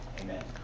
Amen